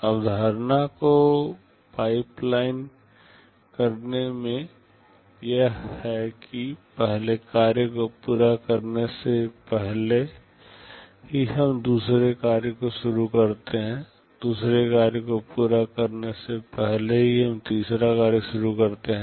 अवधारणा को पाइपलाइन करने में यह है कि पहले कार्य को पूरा करने से पहले ही हम दूसरे कार्य को शुरू करते हैं दूसरे कार्य को पूरा करने से पहले ही हम तीसरा कार्य शुरू करते हैं